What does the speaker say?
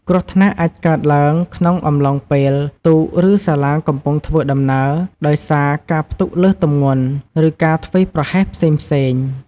គ្រោះថ្នាក់អាចកើតឡើងក្នុងអំឡុងពេលទូក ឬសាឡាងកំពុងធ្វើដំណើរ ដោយសារការផ្ទុកលើសទម្ងន់ ឬការធ្វេសប្រហែសផ្សេងៗ។